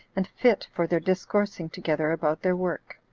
and fit for their discoursing together about their work.